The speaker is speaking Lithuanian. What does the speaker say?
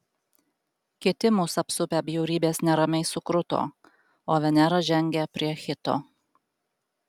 kiti mus apsupę bjaurybės neramiai sukruto o venera žengė prie hito